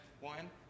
one